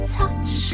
touch